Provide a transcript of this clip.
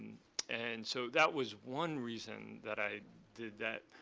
and so that was one reason that i did that.